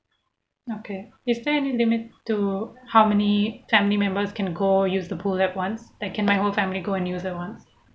okay is there any limit to how many family members can go use the pool at once that can my whole family go and use that one